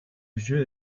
jeu